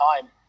time